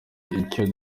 icyo